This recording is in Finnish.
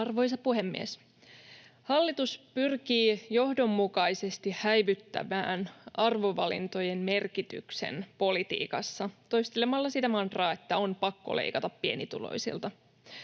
Arvoisa puhemies! Hallitus pyrkii johdonmukaisesti häivyttämään arvovalintojen merkityksen politiikassa toistelemalla sitä mantraa, että on pakko leikata pienituloisilta.